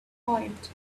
point